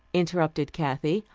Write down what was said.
interrupted kathy.